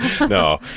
no